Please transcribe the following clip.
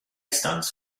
stands